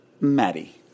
Maddie